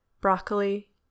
Broccoli